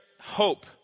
hope